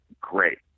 great